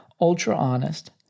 ultra-honest